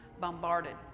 bombarded